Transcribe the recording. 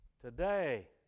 Today